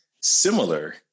similar